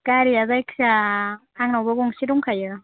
गारिया जायखिजाया आंनावबो गंसे दंखायो